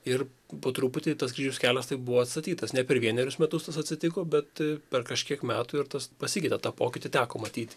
ir po truputį tas kryžiaus kelias taip buvo atstatytas ne per vienerius metus tas atsitiko bet per kažkiek metų ir tas pasikeitė tą pokytį teko matyti